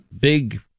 big